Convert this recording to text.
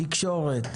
תקשורת,